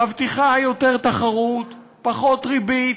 מבטיחה יותר תחרות, פחות ריבית,